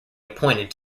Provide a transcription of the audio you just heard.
appointed